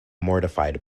mortified